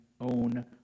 own